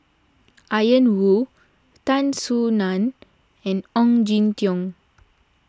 Ian Woo Tan Soo Nan and Ong Jin Teong